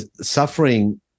suffering